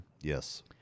Yes